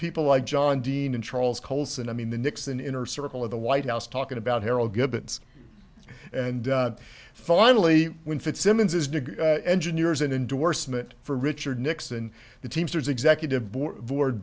people like john dean and charles colson i mean the nixon inner circle of the white house talking about harold givens and finally when fitzsimmons is engineers an endorsement for richard nixon the teamsters executive board